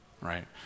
right